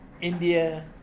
India